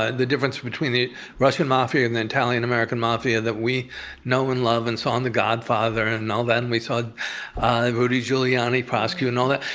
ah the difference between the russian mafia and the italian-american mafia that we know and love and saw on the godfather and and all that, and we saw rudy giuliani prosecute and all that,